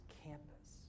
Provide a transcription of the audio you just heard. campus